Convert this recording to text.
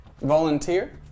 Volunteer